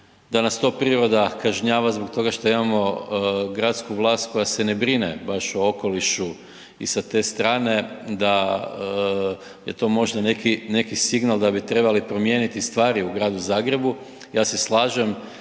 da nas to priroda kažnjava zbog toga što imamo gradsku vlast koja se ne brine baš o okolišu i sa te strane da je to možda neki, neki signal da bi trebali promijeniti stvari u Gradu Zagrebu. Ja se slažem